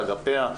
אגפיה,